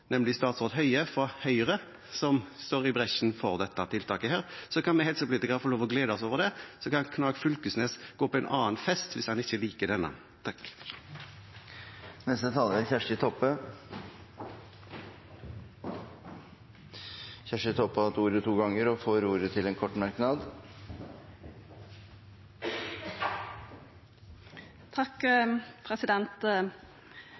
nemlig statsråd Høie, som står i bresjen for dette tiltaket. Så kan vi helsepolitikere få lov til å glede oss over det, og så kan Knag Fylkesnes gå på en annen fest hvis han ikke liker denne. Representanten Kjersti Toppe har hatt ordet to ganger tidligere og får ordet til en kort merknad,